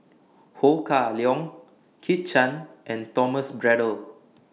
Ho Kah Leong Kit Chan and Thomas Braddell